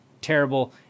terrible